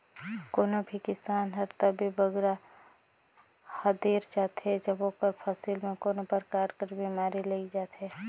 कोनो भी किसान हर तबे बगरा हदेर जाथे जब ओकर फसिल में कोनो परकार कर बेमारी लइग जाथे